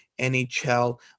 NHL